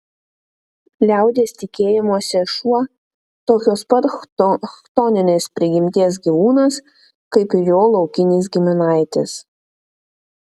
liaudies tikėjimuose šuo tokios pat chtoninės prigimties gyvūnas kaip ir jo laukinis giminaitis